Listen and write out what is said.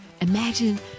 imagine